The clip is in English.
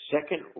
second